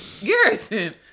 Garrison